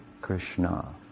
Krishna